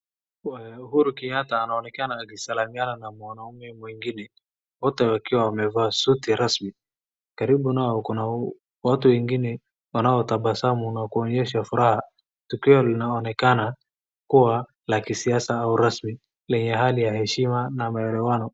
Uhuru Kenyatta anaonekana akisalamiana na mwanaume mwingine, wote wakiwa wamevaa suti rasmi. Karibu nao kuna watu wengine wanaotabasamu na kuonyesha furaha. Tukio linaonekana kuwa la kisiasa au rasmi lenye hali ya heshima na maelewano.